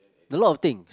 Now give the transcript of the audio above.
a lot of thing